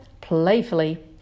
playfully